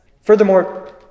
Furthermore